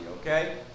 okay